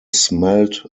smelt